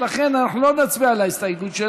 אנחנו לא נצביע על ההסתייגות.